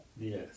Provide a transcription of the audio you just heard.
Yes